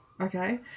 okay